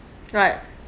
right